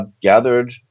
gathered